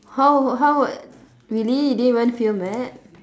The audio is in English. how how would really you didn't even feel mad